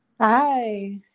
hi